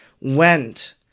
went